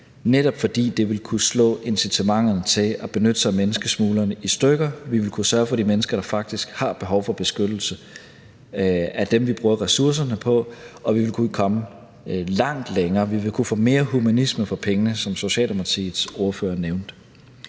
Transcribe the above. netop fordi det ville kunne slå incitamentet til at benytte sig af menneskesmuglerne i stykker. Vi ville kunne sørge for, at de mennesker, der faktisk har et behov for beskyttelse, er dem, vi bruger ressourcerne på, og vi ville kunne komme langt længere. Vi ville kunne få mere humanisme for pengene, som Socialdemokratiets ordfører nævnte.